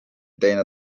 teine